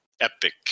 Epic